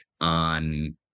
on